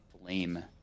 flame